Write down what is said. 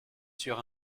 sur